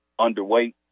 underweight